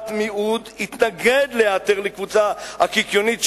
שבדעת מיעוט התנגד להיעתרות לקבוצה הקיקיונית,